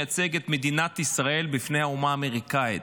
מייצג את מדינת ישראל בפני האומה האמריקאית.